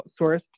outsourced